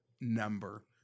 Number